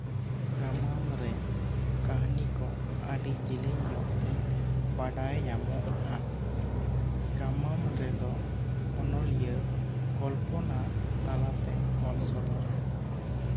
ᱜᱟᱢᱟᱢ ᱨᱮ ᱠᱟᱹᱦᱱᱤ ᱠᱚ ᱟᱹᱰᱤ ᱡᱤᱞᱤᱧ ᱧᱚᱜ ᱛᱮ ᱵᱟᱰᱟ ᱧᱟᱢᱚᱜᱼᱟ ᱜᱟᱢᱟᱢ ᱨᱮᱫᱚ ᱚᱱᱚᱞᱤᱭᱟᱹ ᱠᱚᱞᱯᱚᱱᱟ ᱛᱟᱞᱟᱛᱮᱭ ᱚᱞ ᱥᱚᱫᱚᱨᱟ